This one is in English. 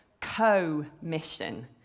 Co-mission